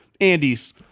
Andy's